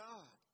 God